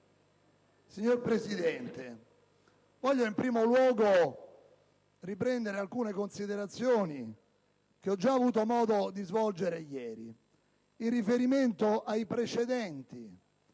Signor Presidente, in primo luogo voglio riprendere alcune considerazioni che ho già avuto modo di svolgere ieri in riferimento ai precedenti